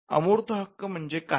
अमूर्त हक्क म्हणजे काय